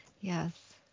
Yes